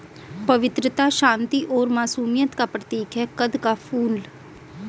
पवित्रता, शांति और मासूमियत का प्रतीक है कंद का फूल